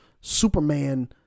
superman